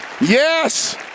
yes